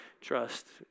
trust